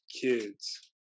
kids